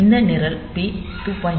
இந்த நிரல் பி 2